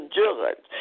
judge